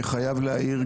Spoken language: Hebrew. אני חייב להעיר,